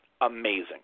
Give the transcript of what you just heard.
amazing